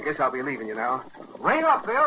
i guess i'll be leaving you know right up there